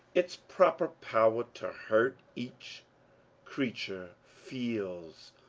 its proper power to hurt each creature feels,